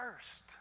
first